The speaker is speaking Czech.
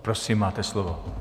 Prosím, máte slovo.